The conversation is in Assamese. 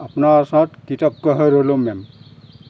আপোনাৰ ওচৰত কৃতজ্ঞ হৈ ৰ'লো মেম